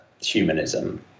humanism